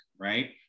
right